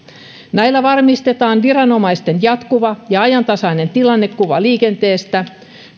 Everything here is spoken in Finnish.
näillä varmistetaan viranomaisten jatkuva ja ajantasainen tilannekuva liikenteestä